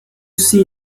see